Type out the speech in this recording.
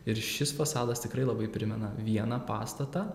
ir šis fasadas tikrai labai primena vieną pastatą